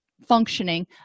functioning